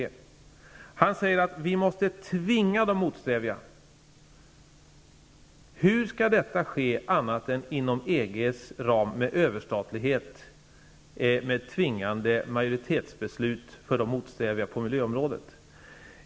Bengt Hurtig sade att vi måste tvinga de motsträviga. Hur skall detta ske annat än inom EG:s ram med dess överstatlighet och med tvingande majoritetsbeslut för att övervinna de motsträviga på miljöområdet?